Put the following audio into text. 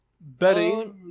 Betty